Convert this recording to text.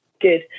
good